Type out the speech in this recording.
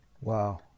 Wow